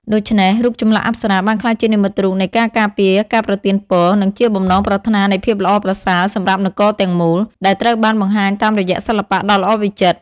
ដូច្នេះ រូបចម្លាក់អប្សរាបានក្លាយជានិមិត្តរូបនៃការការពារ ការប្រទានពរ និងជាបំណងប្រាថ្នានៃភាពល្អប្រសើរសម្រាប់នគរទាំងមូល ដែលត្រូវបានបង្ហាញតាមរយៈសិល្បៈដ៏ល្អវិចិត្រ។